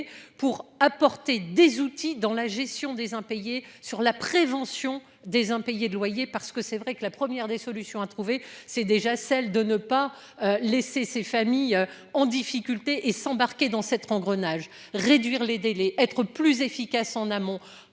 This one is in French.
pour apporter des outils dans la gestion des impayés sur la prévention des impayés de loyers. Parce que c'est vrai que la première des solutions à trouver. C'est déjà celle de ne pas laisser ces familles en difficulté et s'embarquer dans cet engrenage, réduire les délais, être plus efficace en amont.